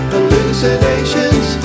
Hallucinations